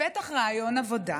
בפתח ריאיון עבודה